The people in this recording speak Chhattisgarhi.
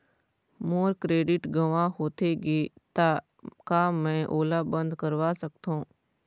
मोर क्रेडिट गंवा होथे गे ता का मैं ओला बंद करवा सकथों?